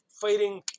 fighting